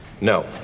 No